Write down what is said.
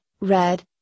red